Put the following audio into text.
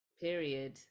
period